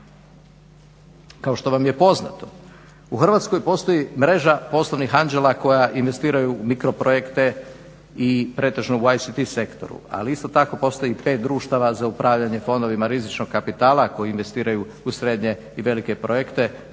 Kao što vam je poznato u Hrvatskoj postoji Mreža poslovnih anđela koji investiraju u mikroprojekte i pretežno u ICT sektoru. Ali isto tako postoji i 5 društava za upravljanje fondovima rizičnog kapitala koji investiraju u srednje i velike projekte